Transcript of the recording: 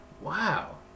Wow